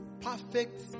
perfect